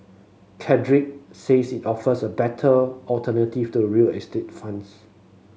cadre says it offers a better alternative to real estate funds